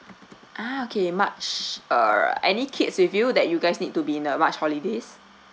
ah okay march err any kids with you that you guys need to be in the march holidays